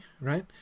right